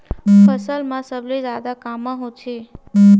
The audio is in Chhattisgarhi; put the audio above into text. फसल मा सबले जादा कामा होथे?